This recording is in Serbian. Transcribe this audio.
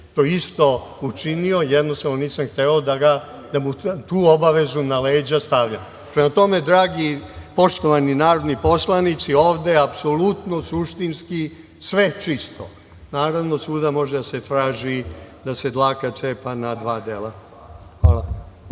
to isto učinio. Jednostavno, nisam hteo da mu tu obavezu na leđa stavljam. Prema tome, poštovani narodni poslanici, ovde je apsolutno suštinski sve čisto. Naravno, svuda može da se traži da se dlaka cepa na dva dela. **Ivica